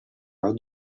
how